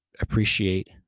appreciate